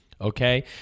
okay